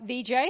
VJ